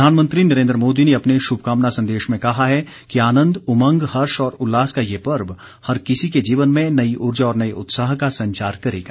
प्रधानमंत्री नरेन्द्र मोदी ने अपने शुभकामना संदेश में कहा है कि आनंद उमंग हर्ष और उल्लास का यह पर्व हर किसी के जीवन में नई ऊर्जा और नये उत्साह का संचार करेगा